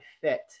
fit